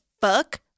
fuck